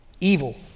evil